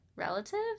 relative